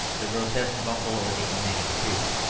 the grotesque bumble or the inane tigg.